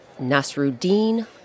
Nasruddin